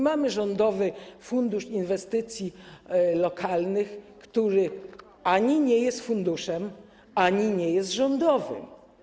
Mamy Rządowy Fundusz Inwestycji Lokalnych, który ani nie jest funduszem, ani nie jest rządowy.